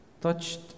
touched